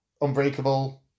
Unbreakable